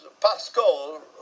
Pascal